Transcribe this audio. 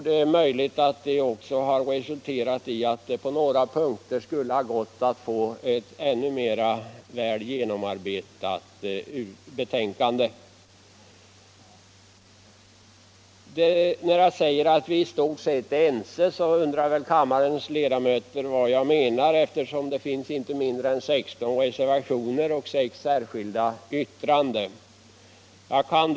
Det är möjligt att större tidsutrymme skulle ha resulterat i att vi på några punkter hade fått ett ännu bättre genomarbetat betänkande. När jag säger att vi i stort sett är ense undrar kanske kammarens ledamöter vad jag menar, eftersom det finns inte mindre än 16 reservationer och sex särskilda yttranden till utskottets betänkande.